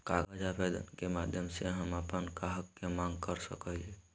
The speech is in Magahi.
कागज आवेदन के माध्यम से हम अपन हक के मांग कर सकय हियय